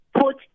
put